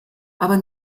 aber